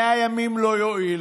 100 ימים לא יועילו.